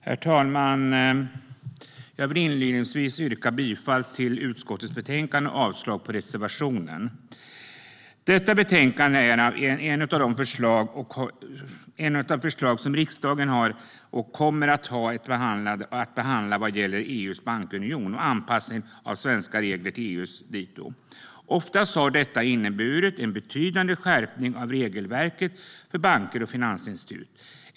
Herr talman! Jag vill inledningsvis yrka bifall till utskottets förslag i betänkandet och avslag på reservationen. Detta betänkande är ett av de förslag som riksdagen har och kommer att ha att behandla vad gäller EU:s bankunion och anpassning av svenska regler till EU:s dito. Oftast har detta inneburit en betydande skärpning av regelverket för banker och finansinstitut.